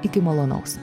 iki malonaus